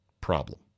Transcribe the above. problem